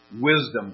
wisdom